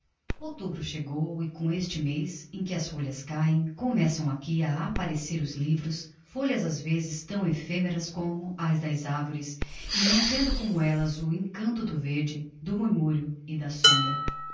livros outubro chegou e com este mez em que as folhas cáem começam aqui a apparecer os livros folhas ás vezes tão ephemeras como as das arvores e não tendo como ellas o encanto do verde do murmurio e da sombra